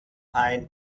ein